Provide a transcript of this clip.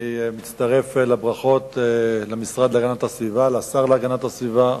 אני מצטרף לברכות למשרד להגנת הסביבה ולשר להגנת הסביבה.